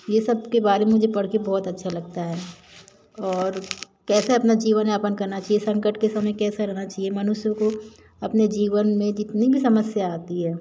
ये सब के बारे में मुझे पढ़कर बहुत अच्छा लगता है और कैसे अपना जीवन यापन करना चाहिए संकट के समय कैसे रहना चाहिए मनुष्य को अपने जीवन में जितनी भी समस्या आती हो